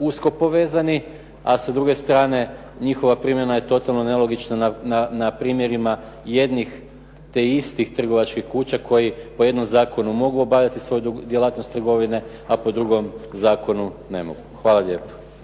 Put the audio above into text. usko povezani a sa druge strane njihova primjena je totalno nelogična na primjerima jednih te istih trgovačkih kuća koje po jednom zakonu mogu obavljati svoju djelatnost trgovine a po drugom zakonu ne mogu. Hvala lijepo.